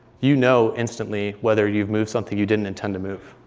you know instantly whether you've moved something you didn't intend to move.